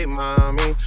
mommy